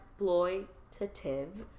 exploitative